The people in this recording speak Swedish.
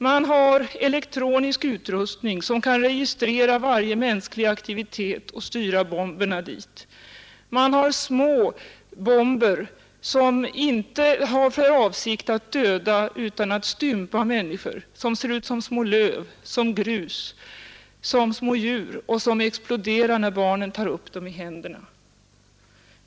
Man har elektronisk utrustning som kan registrera varje mänsklig aktivitet och styra bomberna dit. Man har små bomber som inte är avsedda att döda utan att stympa människor. De ser ut som små löv, som grus, som små djur, och de exploderar när barnen tar upp dem i händerna.